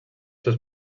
seus